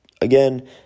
again